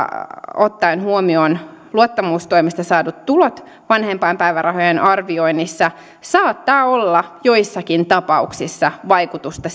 ottaen huomioon luottamustoimesta saadut tulot vanhempainpäivärahojen arvioinnissa saattaa olla joissakin tapauksissa vaikutusta